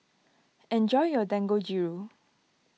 enjoy your Dangojiru